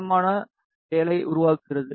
திடமான 7 ஐ உருவாக்கியது